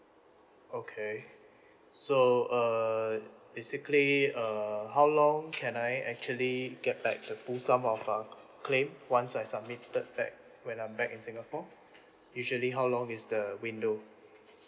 okay so err basically uh how long can I actually get back the full sum of uh claim once I submitted back when I'm back in singapore usually how long is the window